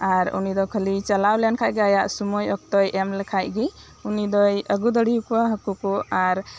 ᱟᱨ ᱩᱱᱤ ᱫᱚ ᱠᱷᱟᱞᱤ ᱪᱟᱞᱟᱣ ᱞᱮᱱᱠᱷᱟᱱ ᱜᱮ ᱟᱭᱟᱜ ᱥᱩᱢᱟᱹᱭ ᱚᱠᱛᱚᱭ ᱮᱢ ᱞᱮᱠᱷᱟᱡ ᱜᱮ ᱩᱱᱤ ᱫᱚᱭ ᱟᱹᱜᱩ ᱫᱟᱲᱮᱣᱟᱠᱚᱣᱟ ᱦᱟᱹᱠᱩ ᱠᱚ ᱟᱨ